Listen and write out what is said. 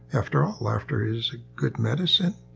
after all, laughter is good medicine.